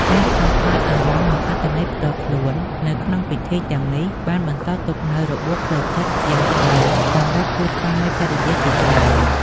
ការខ្វះខាតអារម្មណ៍និងអត្ថន័យផ្ទាល់ខ្លួននៅក្នុងពិធីទាំងនេះបានបន្សល់ទុកនូវរបួសផ្លូវចិត្តយ៉ាងជ្រៅសម្រាប់គូស្វាមីភរិយាជាច្រើន។